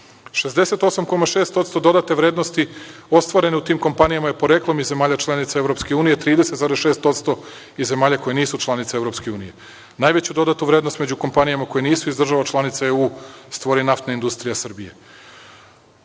68,6% dodate vrednosti ostvarene u tim kompanijama je poreklom iz zemalja članica EU, 30,6% iz zemalja koje nisu članice EU. Najveću dodatu vrednost među kompanijama koje nisu iz država članica EU stvori NIS u kojoj je,